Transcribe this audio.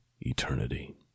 eternity